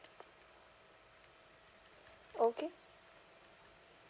okay